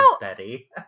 Betty